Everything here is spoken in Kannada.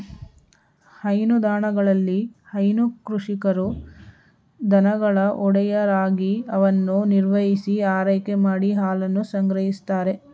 ಹೈನುದಾಣಗಳಲ್ಲಿ ಹೈನು ಕೃಷಿಕರು ದನಗಳ ಒಡೆಯರಾಗಿ ಅವನ್ನು ನಿರ್ವಹಿಸಿ ಆರೈಕೆ ಮಾಡಿ ಹಾಲನ್ನು ಸಂಗ್ರಹಿಸ್ತಾರೆ